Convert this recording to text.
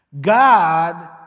God